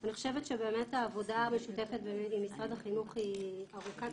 אני חושבת שבאמת העבודה המשותפת עם משרד החינוך היא ארוכת